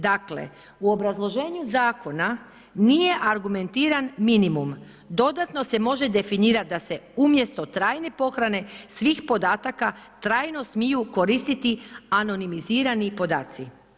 Dakle, u obrazloženju zakona, nije argumentiran minimum, dodatno se može definirati, da se umjesto trajne pohrane, svih podataka, trajno smiju koristiti anonimizira podaci.